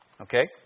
Okay